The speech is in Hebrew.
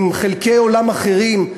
עם חלקי עולם אחרים,